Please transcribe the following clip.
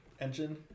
engine